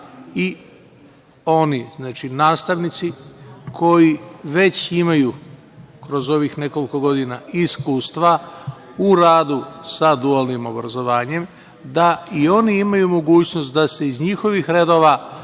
i oni, znači, nastavnici koji već imaju kroz ovih nekoliko godina iskustva u radu sa dualnim obrazovanjem, da i oni imaju mogućnost da se iz njihovih redova